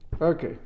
Okay